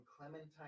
Clementine